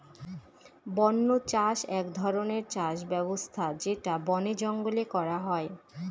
বন্য চাষ এক ধরনের চাষ ব্যবস্থা যেটা বনে জঙ্গলে করা হয়